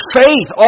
faith